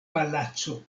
palaco